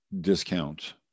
discount